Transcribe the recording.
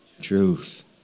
Truth